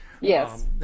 Yes